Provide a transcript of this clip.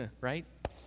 Right